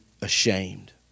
ashamed